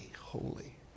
holy